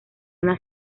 una